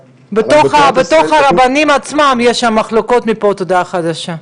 בין הרבנים עצמם יש מחלוקות מפה ועד להודעה חדשה.